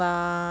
逼你去